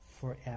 forever